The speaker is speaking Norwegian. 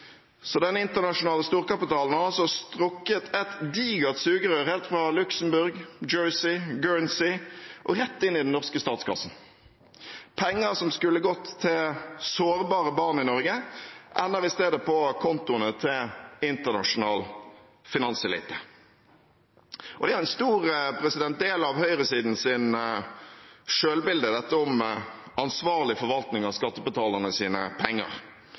Den internasjonale storkapitalen har altså strukket et digert sugerør helt fra Luxembourg, Jersey, Guernsey og rett inn i den norske statskassen. Penger som skulle gått til sårbare barn i Norge, ender i stedet på kontoene til internasjonal finanselite. Det er jo en stor del av høyresidens selvbilde, dette med ansvarlig forvaltning av skattebetalernes penger.